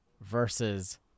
versus